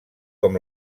com